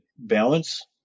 Balance